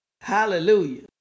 Hallelujah